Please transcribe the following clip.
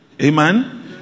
Amen